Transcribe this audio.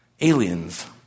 aliens